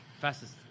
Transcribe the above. Fastest